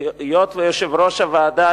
והיות שיושב-ראש הוועדה,